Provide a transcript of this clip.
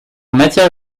matière